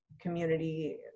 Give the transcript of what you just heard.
community